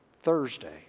Thursday